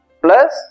plus